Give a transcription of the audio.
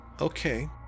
Okay